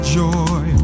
joy